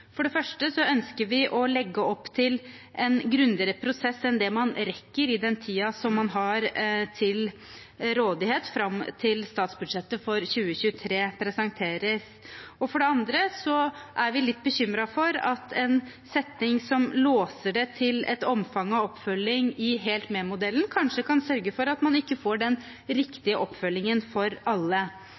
For det første ønsker vi å legge opp til en grundigere prosess enn det man rekker i den tiden man har til rådighet fram til statsbudsjettet for 2023 presenteres. For det andre er vi litt bekymret for at en setning som låser det til et omfang av oppfølging tilsvarende det i Helt Med-modellen, kanskje kan sørge for at man ikke får den riktige oppfølgingen for alle.